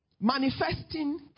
Manifesting